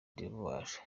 d’ivoire